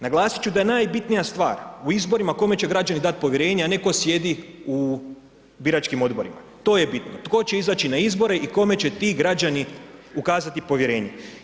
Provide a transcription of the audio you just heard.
Naglasit ću da je najbitnija stvar u izborima kome će građani dati povjerenje, a ne tko sjedi u biračkim odborima, to je bitno, tko će izaći na izbore i kome će ti građani ukazati povjerenje.